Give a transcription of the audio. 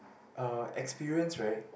uh experience right